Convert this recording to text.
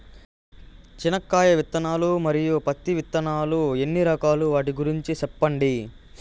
చెనక్కాయ విత్తనాలు, మరియు పత్తి విత్తనాలు ఎన్ని రకాలు వాటి గురించి సెప్పండి?